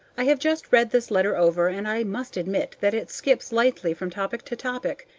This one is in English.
i have just read this letter over, and i must admit that it skips lightly from topic to topic.